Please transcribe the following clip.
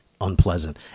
unpleasant